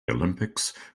olympics